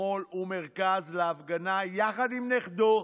שמאל ומרכז להפגנה יחד עם נכדו,